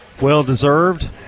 well-deserved